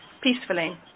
peacefully